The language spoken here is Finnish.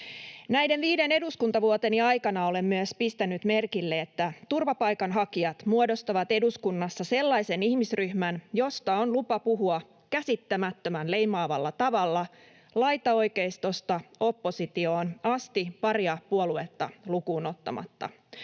Näiden viiden eduskuntavuoteni aikana olen myös pistänyt merkille, että turvapaikanhakijat muodostavat eduskunnassa sellaisen ihmisryhmän, josta on lupa puhua käsittämättömän leimaavalla tavalla laitaoikeistosta oppositioon asti paria puoluetta lukuun ottamatta.